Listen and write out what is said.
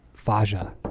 Faja